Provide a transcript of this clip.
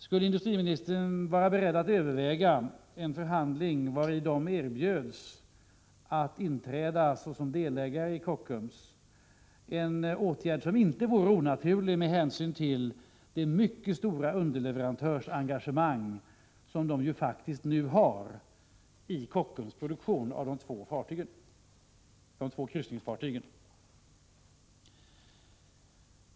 Skulle industriministern vara beredd att överväga en förhandling vari dessa företag erbjuds att inträda såsom delägare i Kockums? Det är en åtgärd som inte vore onaturlig, med hänsyn till det mycket stora underleverantörsengagemang som företagen nu faktiskt har i Kockums produktion av de två kryssningsfartygen.